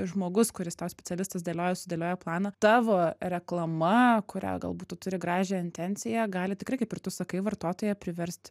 žmogus kuris tau specialistas dėlioja sudėlioja planą tavo reklama kurią galbūt tu turi gražią intenciją gali tikrai kaip ir tu sakai vartotoją priverst